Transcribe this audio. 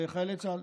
לחיילי צה"ל.